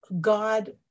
God